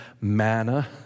manna